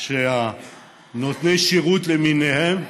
שנותני שירות למיניהם